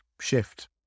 shift